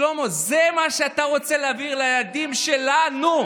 שלמה, זה מה שאתה רוצה להעביר לילדים שלנו?